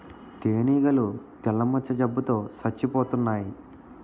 తేనీగలు తెల్ల మచ్చ జబ్బు తో సచ్చిపోతన్నాయి